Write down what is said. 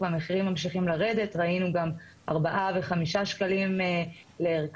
המחירים ממשיכים לרדת - ראינו גם בדיקות בארבעה וחמישה שקלים לערכה.